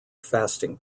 fasting